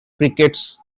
crickets